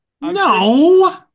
No